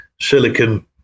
silicon